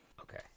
Okay